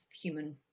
human